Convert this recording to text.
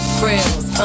frills